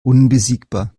unbesiegbar